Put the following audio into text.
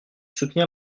soutenir